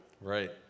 Right